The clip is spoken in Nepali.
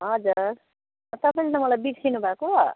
हजुर तपाईँले त मलाई बिर्सिनु भएको